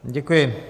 Děkuji.